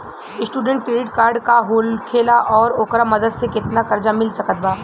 Student credit card का होखेला और ओकरा मदद से केतना कर्जा मिल सकत बा?